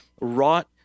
wrought